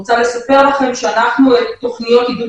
אני רוצה לספר לכם שאנחנו את תוכניות עידוד